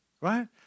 right